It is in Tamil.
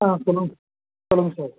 ஆ சொல்லுங்கள் சொல்லுங்கள் சார்